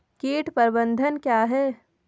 कीट प्रबंधन क्या है?